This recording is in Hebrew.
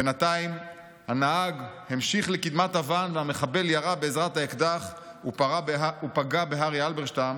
בינתיים הנהג המשיך לקדמת הוואן והמחבל ירה באקדח ופגע בארי הלברשטם,